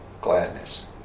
gladness